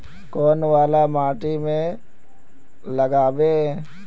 कौन वाला माटी में लागबे?